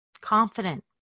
Confident